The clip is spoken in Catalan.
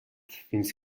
fins